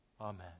Amen